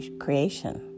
creation